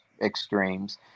extremes